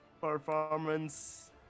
Performance